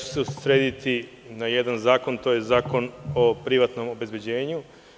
Usredsrediću se na jedan zakon, a to je zakon o privatnom obezbeđenju.